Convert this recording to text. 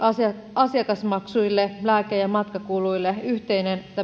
asiakasmaksuille sekä lääke ja matkakuluille yhteinen